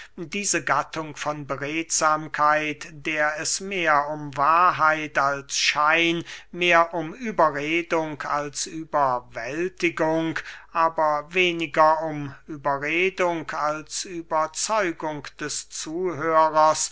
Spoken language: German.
diese gattung von beredsamkeit der es mehr um wahrheit als schein mehr um überredung als überwältigung aber weniger um überredung als überzeugung des zuhörers